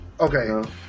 Okay